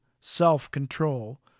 self-control